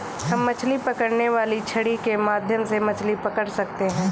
हम मछली पकड़ने वाली छड़ी के माध्यम से मछली पकड़ सकते हैं